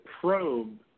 probe